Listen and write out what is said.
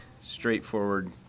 straightforward